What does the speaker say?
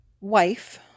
wife